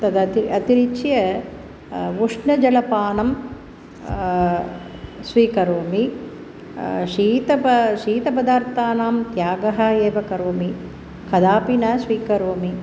तद् अति अतिरिच्य उष्मजलपानं स्वीकरोमि शीतप शीतपदार्थानां त्यागः एव करोमि कदापि न स्वीकरोमि